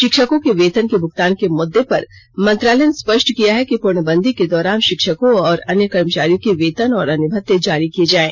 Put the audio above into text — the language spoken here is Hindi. शिक्षकों के वेतन के भुगतान के मुद्दे पर मंत्रालय ने स्पष्ट किया है कि पूर्णबंदी के दौरान शिक्षकों और अन्य कर्मचारियों के वेतन और अन्य भत्ते जारी किए जाएं